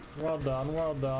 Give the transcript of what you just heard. wild ah and wild